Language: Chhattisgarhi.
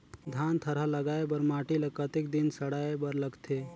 धान थरहा लगाय बर माटी ल कतेक दिन सड़ाय बर लगथे?